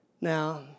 Now